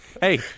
Hey